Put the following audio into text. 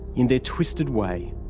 in their twisted way,